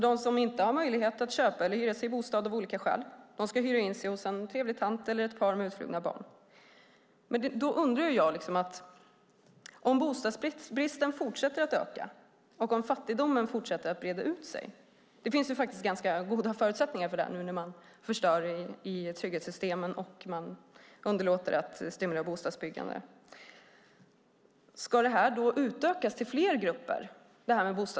De som inte har möjlighet att köpa eller hyra sin bostad av olika skäl ska hyra in sig hos en trevlig tant eller ett par med utflugna barn. Om bostadsbristen fortsätter att öka och om fattigdomen fortsätter att breda ut sig - det finns goda förutsättningar för det när man förstör i trygghetssystemen och underlåter att stimulera bostadsbyggandet - ska bostadstillfällen utökas till fler grupper?